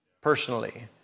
Personally